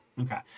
Okay